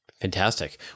fantastic